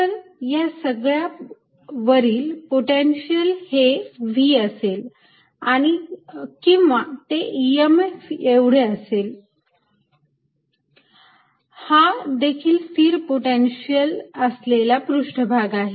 तर या सगळ्या वरील पोटेन्शियल हे V असेल किंवा ते EMF एवढे असेल हा देखील स्थिर पोटेन्शिअल असलेला पृष्ठभाग आहे